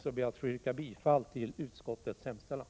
Med de orden vill jag yrka bifall till utskottets hemställan.